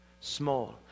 Small